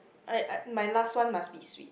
I I my last one must be sweet